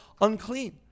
unclean